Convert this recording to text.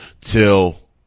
Till